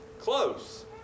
close